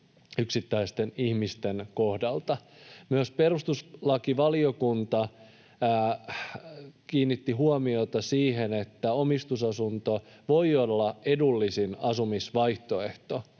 yksittäisten ihmisten kohdalla. Myös perustuslakivaliokunta kiinnitti huomiota siihen, että omistusasunto voi olla edullisin asumisvaihtoehto